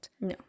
No